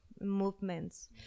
movements